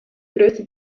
größte